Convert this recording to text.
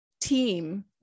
team